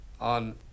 On